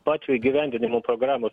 pačio įgyvendinimo programos